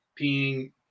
peeing